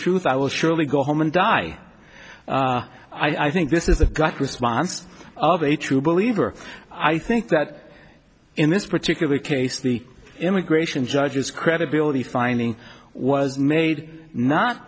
truth i will surely go home and die i think this is the gut response of a true believer i think that in this particular case the immigration judges credibility finding was made not